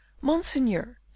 Monseigneur